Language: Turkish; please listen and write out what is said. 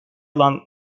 alan